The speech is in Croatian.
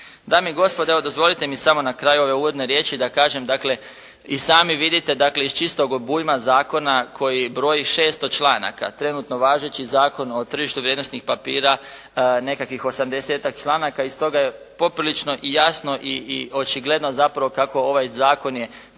Dame i gospodo, evo dozvolite mi samo na kraju ove uvodne riječi da kažem, dakle i sami vidite dakle iz čistog obujma zakona koji broji 600 članaka, trenutno važeći Zakon o tržištu vrijednosnih papira nekakvih osamdesetak članaka i stoga je poprilično i jasno i očigledno zapravo kako ovaj zakon je kud